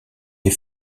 les